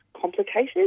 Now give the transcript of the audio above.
complicated